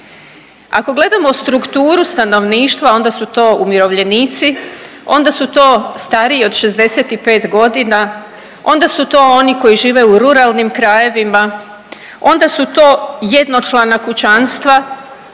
Ako gledamo strukturu stanovništva onda su to umirovljenici, onda su to stariji od 65 godina, onda su to oni koji žive u ruralnim krajevima, onda su to jednočlana kućanstva,